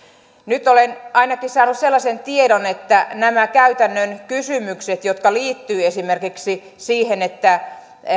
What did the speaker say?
nyt olen ainakin saanut sellaisen tiedon että nämä käytännön kysymykset jotka liittyvät esimerkiksi siihen